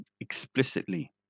explicitly